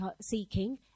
seeking